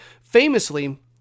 famously